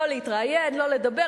לא להתראיין, לא לדבר.